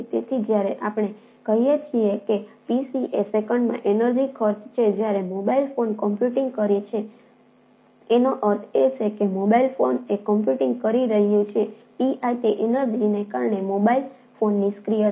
તેથી જ્યારે આપણે કહીએ છીએ કે પીસી તે એનર્જિને કારણે મોબાઇલ ફોન નિષ્ક્રિય છે